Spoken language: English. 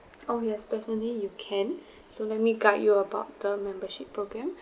oh yes definitely you can so let me guide you about the membership programme